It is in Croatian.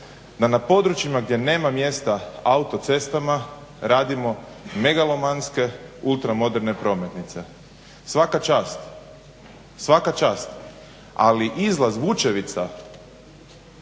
da na područjima gdje nema mjesta autocestama radimo megalomanske, ultramoderne prometnice. Svaka čast, svaka čast, ali izlaz Vučevica